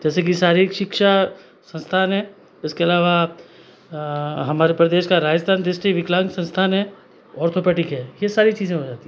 जैसे के शारीरिक शिक्षा संस्थान है उसके अलावा हमारे प्रदेश का राजस्थान डिस्ट्रिक विकलांग संस्थान है ओर्थपेडीक है ये सारी चीज़ें हो जाती हैं